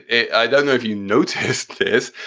i don't know if you noticed this,